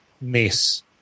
mess